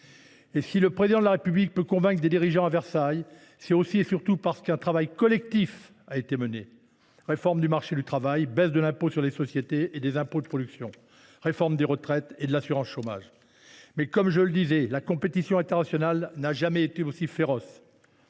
Si le Président de la République peut convaincre des dirigeants étrangers à Versailles, c’est aussi et surtout parce qu’un travail collectif a été mené : réforme du marché du travail, baisse de l’impôt sur les sociétés et des impôts de production, réforme des retraites et de l’assurance chômage. Mais – j’y insiste – la compétition internationale n’a jamais été si rude.